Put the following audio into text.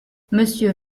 monsieur